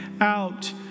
out